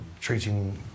treating